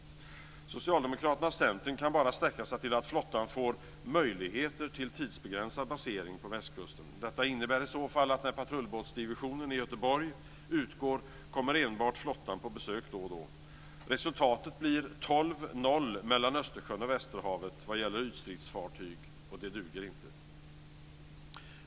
Men Socialdemokraterna och Centern kan bara sträcka sig till att flottan får "möjligheter till tidsbegränsad basering" på västkusten. Detta innebär i så fall att när patrullbåtsdivisionen i Göteborg utgår kommer enbart flottan på besök då och då. Resultatet blir 12-0 mellan Östersjön och västerhavet vad gäller ytstridsfartyg, och det duger inte!